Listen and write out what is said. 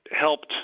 helped